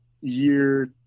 year